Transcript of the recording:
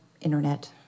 internet